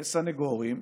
סנגורים,